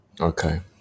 Okay